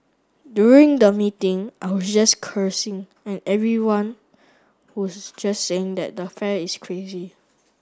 during the meeting I was just cursing and everyone was just saying that the fare is crazy